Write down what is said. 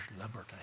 liberty